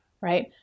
right